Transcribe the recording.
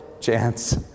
Chance